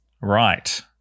Right